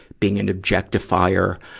being an objectifier,